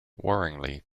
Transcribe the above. worryingly